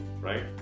right